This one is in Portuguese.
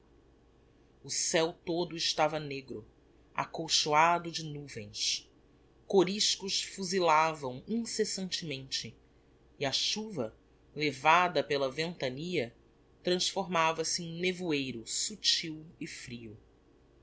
o ceu todo estava negro acolchoado de nuvens coriscos fuzilavam incessantemente e a chuva levada pela ventania transformava-se em nevoeiro subtil e frio